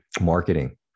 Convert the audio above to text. marketing